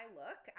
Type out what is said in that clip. look